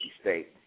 State